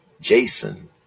Jason